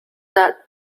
that